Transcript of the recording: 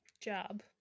job